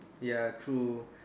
ya true